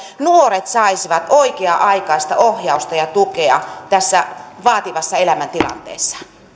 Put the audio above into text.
nuoret saisivat oikea aikaista ohjausta ja tukea tässä vaativassa elämäntilanteessaan